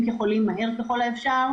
כחולים ולעשות את זה מהר ככל האפשר,